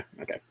okay